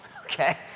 okay